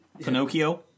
Pinocchio